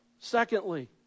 Secondly